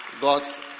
God's